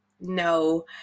no